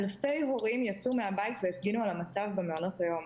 אלפי הורים יצאו מהבית והפגינו על המצב במעונות היום.